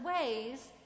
ways